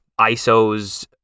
ISOs